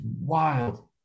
wild